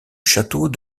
château